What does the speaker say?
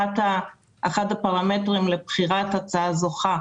אחד הפרמטרים לבחירת ההצעה הזוכה,